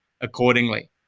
accordingly